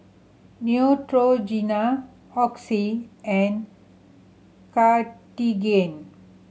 Neutrogena Oxy and Cartigain